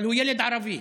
אבל הוא ילד ערבי.